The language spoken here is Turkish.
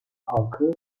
halkı